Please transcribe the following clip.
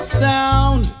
sound